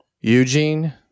Eugene